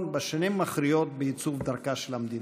בשנים מכריעות בעיצוב דרכה של המדינה.